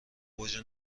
اوج